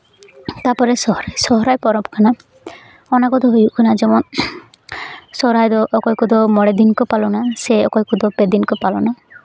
ᱛᱟᱨᱯᱚᱨᱮ ᱥᱚᱦᱨᱟᱭ ᱥᱚᱦᱨᱟᱭ ᱯᱚᱨᱚᱵᱽ ᱠᱟᱱᱟ ᱚᱱᱟ ᱠᱚᱫᱚ ᱦᱩᱭᱩᱜ ᱠᱟᱱᱟ ᱡᱮᱢᱚᱱ ᱥᱚᱦᱨᱟᱭ ᱫᱚ ᱚᱠᱚᱭ ᱠᱚᱫᱚ ᱢᱚᱬᱮ ᱫᱤᱱ ᱠᱚ ᱯᱟᱞᱚᱱᱟ ᱥᱮ ᱚᱠᱚᱭ ᱠᱚᱫᱚ ᱯᱮ ᱫᱤᱱ ᱠᱚ ᱯᱟᱞᱚᱱᱟ